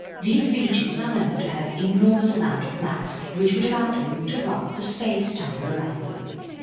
these regions are known to have enormous amount of mass which would allow them to wrap the space time around them.